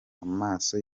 amaso